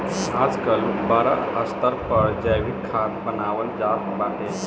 आजकल बड़ स्तर पर जैविक खाद बानवल जात बाटे